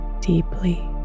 deeply